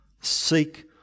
Seek